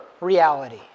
reality